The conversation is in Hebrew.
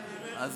עד מתי, בערך?